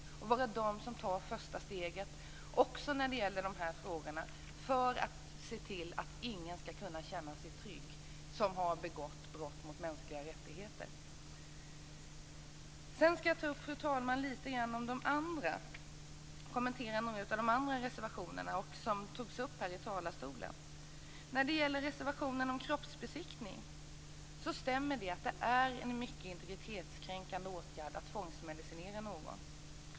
Sverige bör vara det land som tar det första steget också när det gäller de här frågorna för att se till att ingen skall kunna känna sig trygg som har begått brott mot mänskliga rättigheter. Sedan, fru talman, skall jag kommentera några av de andra reservationerna och det som togs upp här i talarstolen. När det gäller reservationen om kroppsbesiktning stämmer det att det är en mycket integritetskränkande åtgärd att tvångsmedicinera någon.